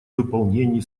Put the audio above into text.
выполнении